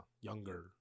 Younger